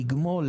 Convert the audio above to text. לגמול,